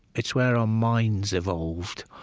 it's where our minds evolved.